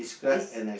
is